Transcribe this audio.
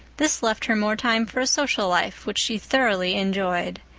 this left her more time for a social life which she thoroughly enjoyed.